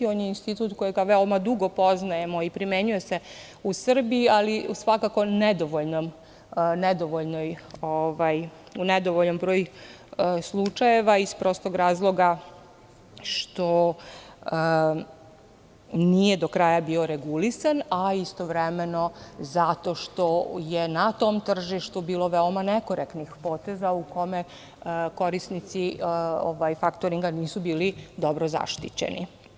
On je institut kojega veoma dugo poznajemo i primenjuje se u Srbiji, ali, svakako u nedovoljnom broju slučajeva, iz prostog razloga što nije do kraja bio regulisan, a istovremeno zato što je na tom tržištu bilo veoma nekorektnih poteza u kome korisnici faktoringa nisu bili dobro zaštićeni.